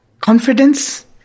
confidence